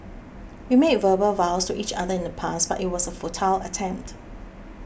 we made verbal vows to each other in the past but it was a futile attempt